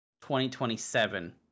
2027